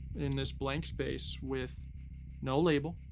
in this blank space with no label.